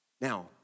Now